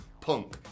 Punk